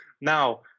Now